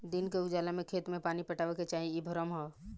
दिन के उजाला में खेत में पानी पटावे के चाही इ भ्रम ह